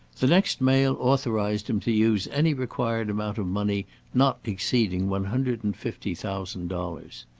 the next mail authorized him to use any required amount of money not exceeding one hundred and fifty thousand dollars.